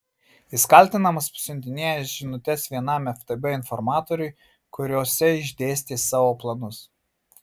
jis kaltinamas siuntinėjęs žinutes vienam ftb informatoriui kuriose išdėstė savo planus